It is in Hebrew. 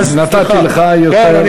נתתי לך יותר.